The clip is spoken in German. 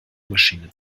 maschine